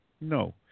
no